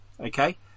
Okay